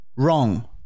Wrong